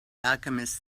alchemist